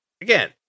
again